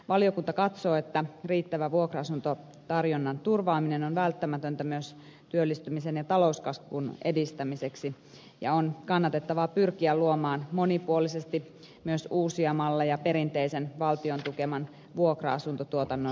valiokunta katsoo että riittävä vuokra asuntotarjonnan turvaaminen on välttämätöntä myös työllistymisen ja talouskasvun edistämiseksi ja on kannatettavaa pyrkiä luomaan monipuolisesti myös uusia malleja perinteisen valtion tukeman vuokra asuntotuotannon rinnalle